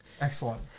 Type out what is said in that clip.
Excellent